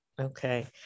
Okay